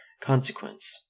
consequence